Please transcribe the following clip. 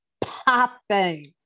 popping